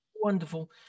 wonderful